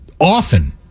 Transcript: often